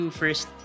first